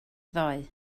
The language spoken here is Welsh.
ddoe